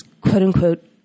quote-unquote